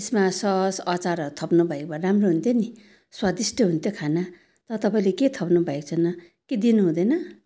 यसमा सस अचारहरू थप्नुभएको भए राम्रो हुन्थ्यो नि स्वादिष्ठ हुन्थ्यो खाना तर तपाईँले के थप्नु भएको छैन के दिनु हुँदैन